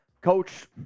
coach